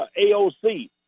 AOC